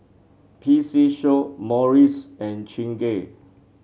P C Show Morries and Chingay